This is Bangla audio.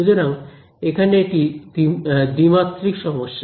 সুতরাং এখানে এটি দ্বিমাত্রিক সমস্যা